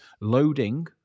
loading